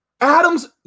Adam's